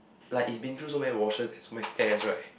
like it's been through so many washes and so many tears right